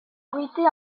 abriter